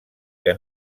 que